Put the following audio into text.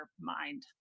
mind